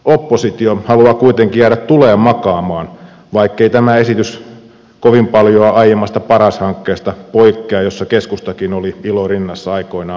oppositio haluaa kuitenkin jäädä tuleen makaamaan vaikkei tämä esitys kovin paljoa poikkea aiemmasta paras hankkeesta jossa keskustakin oli ilo rinnassa aikoinaan mukana